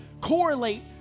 correlate